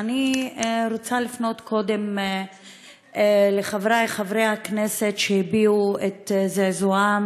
אני רוצה לפנות קודם לחברי חברי הכנסת שהביעו את זעזועם